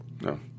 No